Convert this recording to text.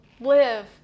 live